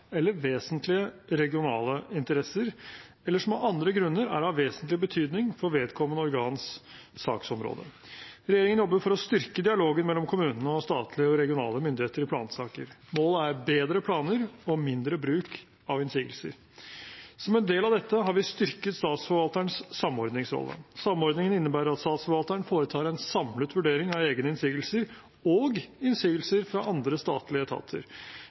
eller vesentlige regionale interesser, eller som av andre grunner er av vesentlig betydning for vedkommende organs saksområde. Regjeringen jobber for å styrke dialogen mellom kommunene og statlige og regionale myndigheter i plansaker. Målet er bedre planer og mindre bruk av innsigelser. Som en del av dette har vi styrket Statsforvalterens samordningsrolle. Samordningen innebærer at Statsforvalteren foretar en samlet vurdering av egne innsigelser og innsigelser fra andre statlige etater.